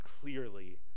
clearly